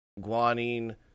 guanine